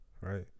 right